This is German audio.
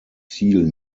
ziel